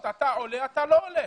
ויגידו לזה שהוא עולה והאחר לא עולה?